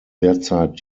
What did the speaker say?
derzeit